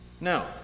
Now